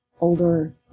older